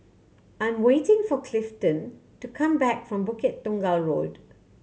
I'm waiting for Clifton to come back from Bukit Tunggal Road